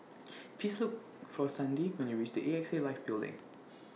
Please Look For Sandi when YOU REACH The AXA Life Building